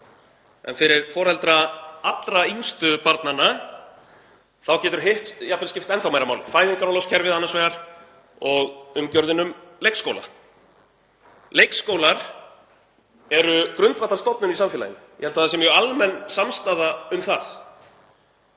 en fyrir foreldra allra yngstu barnanna þá getur hitt jafnvel skipt enn meira máli, fæðingarorlofskerfið annars vegar og umgjörðin um leikskóla hins vegar. Leikskólar eru grundvallarstofnun í samfélaginu. Ég held að það sé mjög almenn samstaða um það.